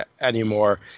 anymore